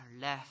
left